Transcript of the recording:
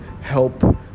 help